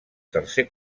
tercer